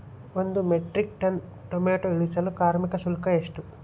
ಒಂದು metric ton tomato ಇಳಿಸಲು ಕಾರ್ಮಿಕರ ಶುಲ್ಕ ಎಷ್ಟು?